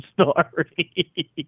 story